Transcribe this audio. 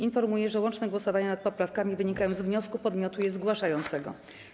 Informuję, że łączne głosowania nad poprawkami wynikają z wniosku podmiotu je zgłaszającego.